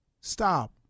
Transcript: Stop